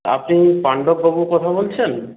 আপনি পাণ্ডববাবু কথা বলছেন